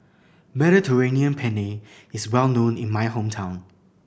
Mediterranean Penne is well known in my hometown